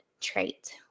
trait